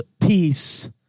peace